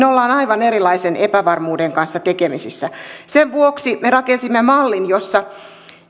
ollaan aivan erilaisen epävarmuuden kanssa tekemisissä sen vuoksi me rakensimme mallin jossa